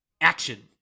action